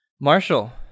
Marshall